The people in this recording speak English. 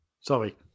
Sorry